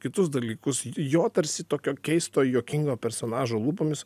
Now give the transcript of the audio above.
kitus dalykus jo tarsi tokio keisto juokingo personažo lūpomis